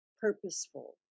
purposeful